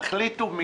תחליטו מי,